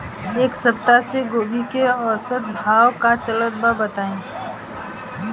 एक सप्ताह से गोभी के औसत भाव का चलत बा बताई?